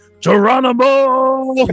Geronimo